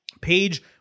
Page